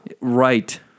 right